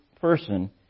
person